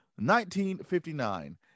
1959